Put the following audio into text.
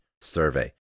survey